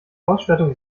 ausstattung